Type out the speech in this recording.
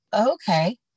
Okay